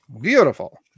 Beautiful